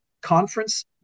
conference